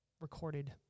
recorded